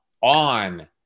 on